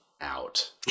out